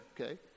Okay